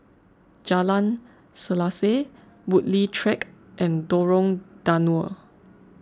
Jalan Selaseh Woodleigh Track and Lorong Danau